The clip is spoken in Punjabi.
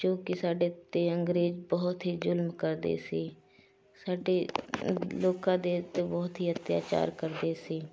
ਜੋ ਕਿ ਸਾਡੇ ਤੇ ਅੰਗਰੇਜ਼ ਬਹੁਤ ਹੀ ਜੁਲਮ ਕਰਦੇ ਸੀ ਸਾਡੇ ਲੋਕਾਂ ਦੇ ਉੱਤੇ ਬਹੁਤ ਹੀ ਅੱਤਿਆਚਾਰ ਕਰਦੇ ਸੀ